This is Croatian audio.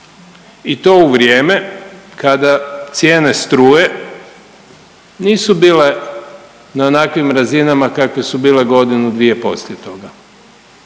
i to u vrijeme kada cijene struje nisu bile na onakvim razinama kakve su bile godinu dvije poslije toga.